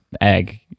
egg